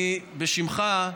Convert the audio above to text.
בשמך,